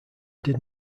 did